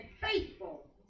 faithful